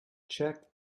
check